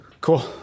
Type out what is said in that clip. Cool